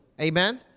Amen